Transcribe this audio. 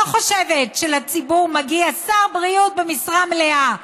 לא חושבת שלציבור מגיע שר בריאות במשרה מלאה,